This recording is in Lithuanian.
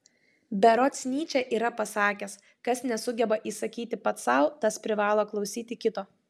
berods nyčė yra pasakęs kas nesugeba įsakyti pats sau tas privalo klausyti kito